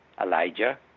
Elijah